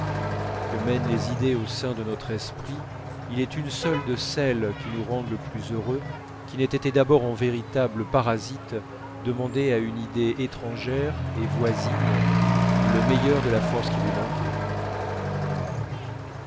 que mènent les idées au sein de notre esprit il est une seule de celles qui nous rendent le plus heureux qui n'ait été d'abord en véritable parasite demander à une idée étrangère et voisine le meilleur de la force qui lui manquait